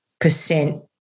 percent